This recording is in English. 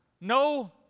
no